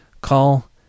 call